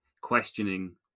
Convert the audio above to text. questioning